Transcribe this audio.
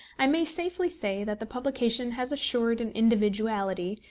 i may safely say that the publication has assured an individuality,